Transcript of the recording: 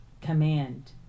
command